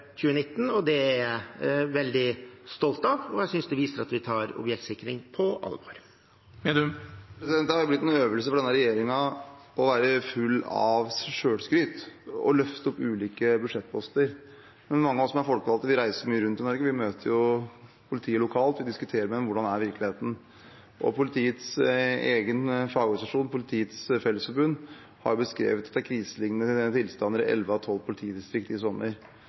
2019, og det er jeg veldig stolt av. Jeg synes det viser at vi tar objektsikring på alvor. Det har blitt en øvelse for denne regjeringen å være full av selvskryt og løfte opp ulike budsjettposter. Men mange av oss som er folkevalgte, reiser mye rundt i Norge, vi møter politiet lokalt, og vi diskuterer med dem: Hvordan er virkeligheten? Politiets egen fagorganisasjon, Politiets Fellesforbund, har beskrevet at det var kriselignende tilstander i elleve av tolv politidistrikter i sommer.